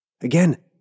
Again